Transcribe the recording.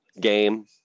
game